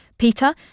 Peter